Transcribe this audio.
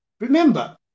remember